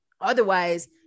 Otherwise